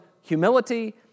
humility